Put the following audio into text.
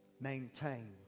maintain